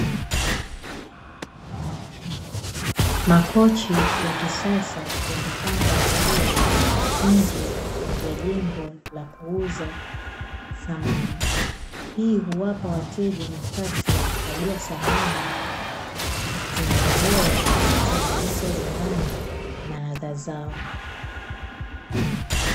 Makochi ya kisasa yamepangwa vizuri nje ya jengo la kuuza samani. Hii huwapa wateja nafasi ya kuchagua samani zenye ubora na zinazolingana na ladha zao.